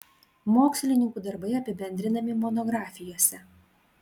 mokslininkų darbai apibendrinami monografijose